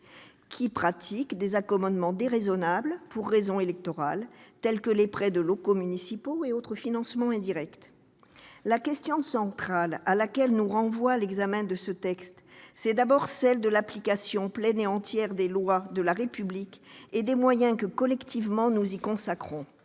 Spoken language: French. qui pratiquent des accommodements déraisonnables pour raisons électorales, tels que les prêts de locaux municipaux et autres financements indirects. La question centrale à laquelle nous renvoie l'examen de ce texte, c'est d'abord celle de l'application pleine et entière des lois de la République et des moyens que, collectivement, nous y consacrons.